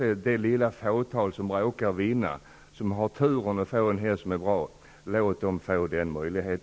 Det lilla fåtal som råkar vinna och som har turen att ha en bra häst tycker jag skall ha denna möjlighet.